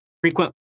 frequent